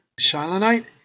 Shilonite